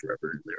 forever